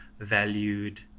valued